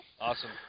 Awesome